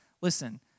listen